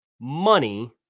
money